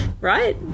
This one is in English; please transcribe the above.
right